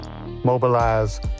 mobilize